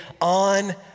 on